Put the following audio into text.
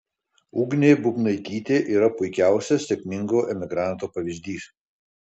ugnė bubnaitytė yra puikiausias sėkmingo emigranto pavyzdys